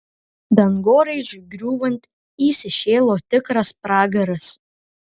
dangoraižiui griūvant įsišėlo tikras pragaras